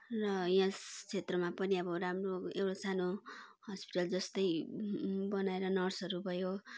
र यस क्षेत्रमा पनि अब राम्रो एउटा सानो हस्पिटल जस्तै बनाएर नर्सहरू भयो